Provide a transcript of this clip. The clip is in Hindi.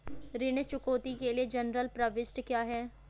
ऋण चुकौती के लिए जनरल प्रविष्टि क्या है?